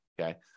okay